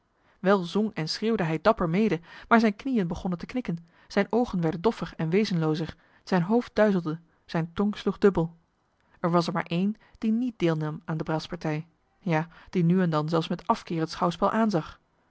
wel zong en schreeuwde hij dapper mede maar zijne knieën begonnen te knikken zijne oogen werden doffer en wezenloozer zijn hoofd duizelde zijne tong sloeg dubbel er was er maar één die niet deelnam aan de braspartij ja die nu en dan zelfs met afkeer het schouwspel